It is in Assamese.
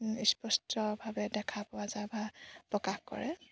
স্পষ্টভাৱে দেখা পোৱা যায় বা প্ৰকাশ কৰে